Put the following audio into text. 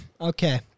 Okay